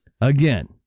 Again